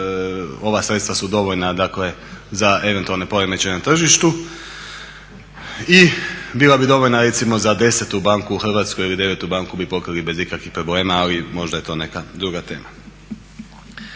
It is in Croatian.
ova sredstva su dovoljna za eventualne poremećaje na tržištu. I bila bi dovoljna recimo za 10.-tu banku u Hrvatskoj ili 9.-tu banku bi pokrili bez ikakvih problema ali možda je to neka druga tema.